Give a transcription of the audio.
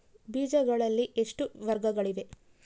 ಬೇಜಗಳಲ್ಲಿ ಎಷ್ಟು ವರ್ಗಗಳಿವೆ?